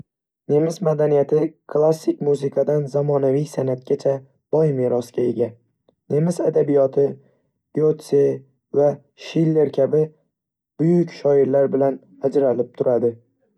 Nemis madaniyati klassik musiqadan zamonaviy san'atgacha boy merosga ega. Nemis adabiyoti, Goethe va Schiller kabi buyuk shoirlar bilan ajralib turadi.